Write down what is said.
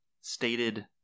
stated